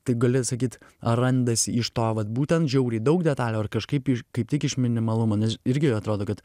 tai gali sakyt ar randasi iš to vat būtent žiauriai daug detalių ar kažkaip iš kaip tik iš minimalumo nes irgi atrodo kad